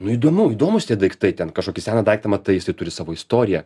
nu įdomu įdomūs tie daiktai ten kažkokį seną daiktą matais jisai turi savo istoriją